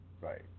Right